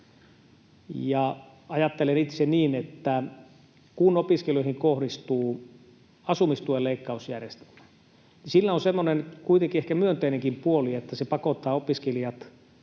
ajattelen itse, että kun opiskelijoihin kohdistuu asumistuen leikkausjärjestelmä, niin sillä on kuitenkin semmoinen ehkä myönteinenkin puoli, että se pakottaa opiskelijat,